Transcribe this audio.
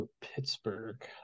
Pittsburgh